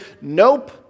nope